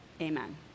Amen